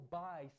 buy